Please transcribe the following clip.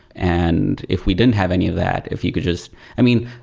and if we didn't have any of that, if you could just i mean,